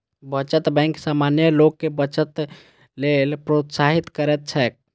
बचत बैंक सामान्य लोग कें बचत लेल प्रोत्साहित करैत छैक